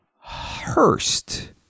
Hurst